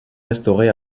restauré